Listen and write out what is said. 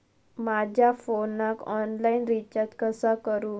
माझ्या फोनाक online recharge कसा करू?